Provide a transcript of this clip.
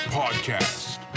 podcast